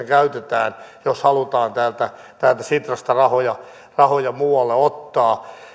käytetään jos halutaan täältä sitrasta rahoja rahoja muualle ottaa